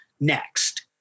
next